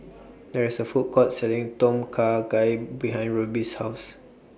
There IS A Food Court Selling Tom Kha Gai behind Ruby's House